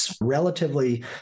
relatively